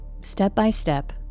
step-by-step